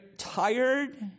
tired